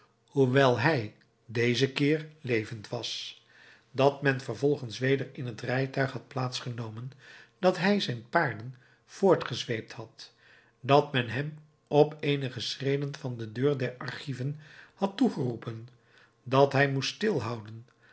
hoewel hij dezen keer levend was dat men vervolgens weder in zijn rijtuig had plaats genomen dat hij zijn paarden voortgezweept had dat men hem op eenige schreden van de deur der archiven had toegeroepen dat hij moest stilhouden